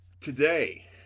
today